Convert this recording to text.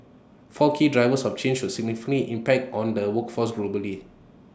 four key drivers of change will significantly impact on the workforce globally